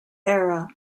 era